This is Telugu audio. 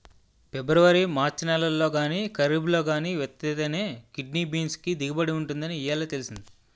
పిబ్రవరి మార్చి నెలల్లో గానీ, కరీబ్లో గానీ విత్తితేనే కిడ్నీ బీన్స్ కి దిగుబడి ఉంటుందని ఇయ్యాలే తెలిసింది